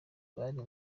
bari